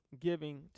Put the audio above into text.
giving